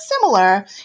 similar